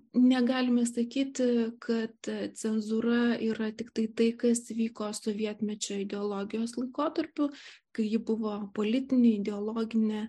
negalime sakyti kad cenzūra yra tiktai tai kas vyko sovietmečio ideologijos laikotarpiu kai ji buvo politinė ideologinė